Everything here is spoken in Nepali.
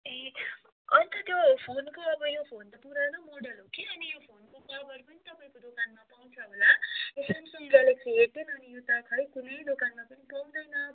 ए अन्त त्यो फोनको अब यो फोन त पुरानो मोडल हो कि अनि फोनको कभर पनि तपाईँको दोकानमा पाउँछ होला यो सेमसङ ग्यालेक्सी अनि यो त खै कुनै दोकानमा पनि पाउँदैन